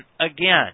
again